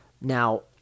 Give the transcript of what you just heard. Now